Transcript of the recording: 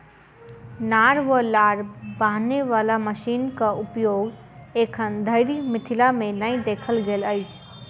नार वा लार बान्हय बाला मशीनक उपयोग एखन धरि मिथिला मे नै देखल गेल अछि